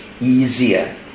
easier